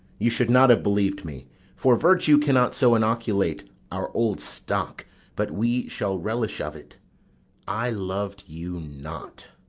you should not have believ'd me for virtue cannot so inoculate our old stock but we shall relish of it i loved you not.